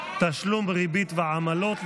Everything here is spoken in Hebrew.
תשלום ריבית ועמלות,